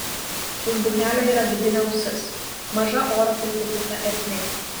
už būgnelio yra vidinė ausis maža oro pripildyta ertmė